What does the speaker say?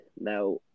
now